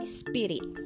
spirit